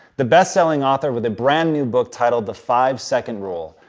the bestselling author with a brand new book titled the five second rule.